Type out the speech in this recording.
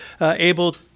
able